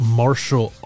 martial